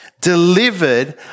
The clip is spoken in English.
delivered